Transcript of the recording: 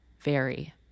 vary